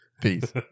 Peace